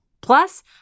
Plus